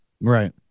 Right